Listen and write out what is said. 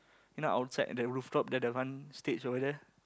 you know outside at the rooftop there the one stage over there